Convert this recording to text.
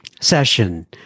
session